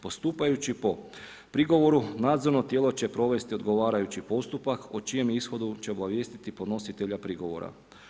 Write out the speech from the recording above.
Postupajući po prigovoru, nadzorno tijelo će provesti odgovarajući postupak o čijem ishodu će obavijestiti podnositelja prigovora.